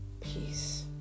Peace